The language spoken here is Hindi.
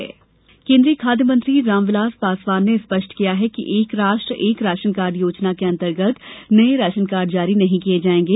राशन कार्ड केंद्रीय खाद्य मंत्री रामविलास पासवान ने स्पष्ट किया कि एक राष्ट्र एक राशन कार्ड योजना के अंतर्गत नए राशन कार्ड जारी नहीं किए जाएंगे